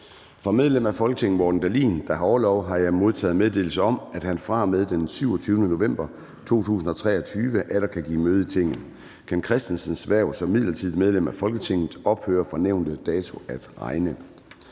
Fra medlem af Folketinget Morten Dahlin (V), der har orlov, har jeg modtaget meddelelse om, at han fra og med den 27. november 2023 atter kan give møde i Tinget. Ken Kristensens hverv som midlertidigt medlem af Folketinget ophører fra nævnte dato at regne.